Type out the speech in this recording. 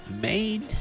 Made